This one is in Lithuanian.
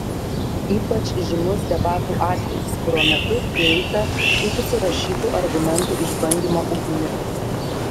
ypač žymus debatų atvejis kurio metu prieita iki surašytų argumentų išbandymo ugnimi